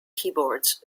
keyboards